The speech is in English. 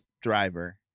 driver